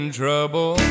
trouble